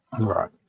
Right